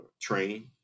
train